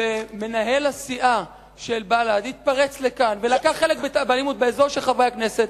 ומנהל הסיעה של בל"ד התפרץ לכאן ולקח חלק באלימות באזור של חברי הכנסת,